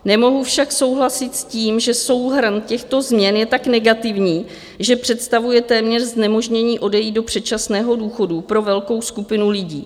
Nemohu však souhlasit s tím, že souhrn těchto změn je tak negativní, že představuje téměř znemožnění odejít do předčasného důchodu pro velkou skupinu lidí.